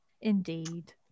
Indeed